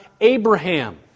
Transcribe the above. Abraham